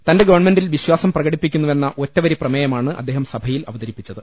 തന്റെ ഗവൺമെന്റിൽ വിശ്വാസം പ്രകടിപ്പിക്കുന്നുവെന്ന ഒറ്റവരിപ്രമേയമാണ് അദ്ദേഹം സഭയിൽ അവതരിപ്പിച്ചത്